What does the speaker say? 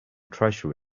treasure